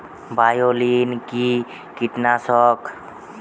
বায়োলিন কি কীটনাশক?